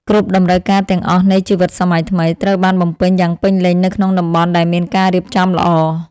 គ្រប់តម្រូវការទាំងអស់នៃជីវិតសម័យថ្មី ត្រូវបានបំពេញយ៉ាងពេញលេញនៅក្នុងតំបន់ដែលមានការរៀបចំល្អ។